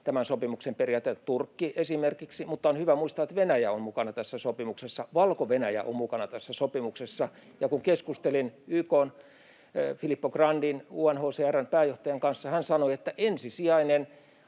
tämän sopimuksen periaatetta, Turkki esimerkiksi, mutta on myös hyvä muistaa, että Venäjä on mukana tässä sopimuksessa ja Valko-Venäjä on mukana tässä sopimuksessa. [Perussuomalaisten ryhmästä: Sitä voi tulkita!] Kun keskustelin YK:n Filippo Grandin, UNHCR:n pääjohtajan, kanssa, hän sanoi, että ensisijainen